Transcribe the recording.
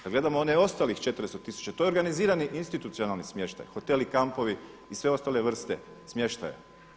Kada gledamo onih ostalih 400 tisuća, to je organizirani institucionalni smještaj – hoteli, kampovi i sve ostale vrste smještaja.